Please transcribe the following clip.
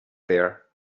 there